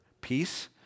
peace